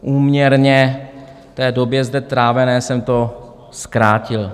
Úměrně té době zde strávené jsem to zkrátil.